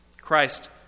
Christ